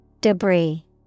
Debris